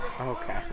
Okay